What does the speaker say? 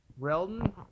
Relton